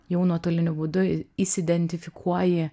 jau nuotoliniu būdu įsiidentifikuoji